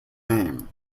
name